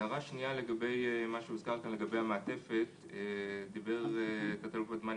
הערה שנייה לגבי המעטפת שדובר עליה בדיון: דיבר